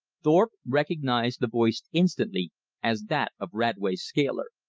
thorpe recognized the voice instantly as that of radway's scaler.